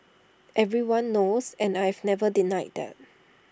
everyone knows and I have never denied that